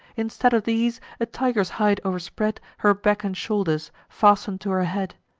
instead of these, a tiger's hide o'erspread her back and shoulders, fasten'd to her head.